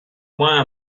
moins